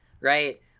right